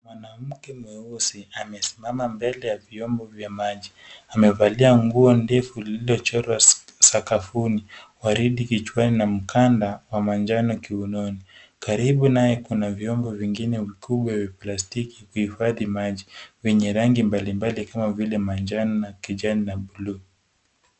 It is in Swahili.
Mwanamke mweusi amesimama mbele ya vyombo vya maji. Amevalia nguo ndefu lililochorwa sakafuni, waridi kichwani na mkanda wa manjano kiunoni. Karibu naye kuna vyombo vingine vikubwa vya plastiki vya kuhifadhi maji vyenye rangi mbalimbali kama vile manjano na kijani na blue .